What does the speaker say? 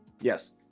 yes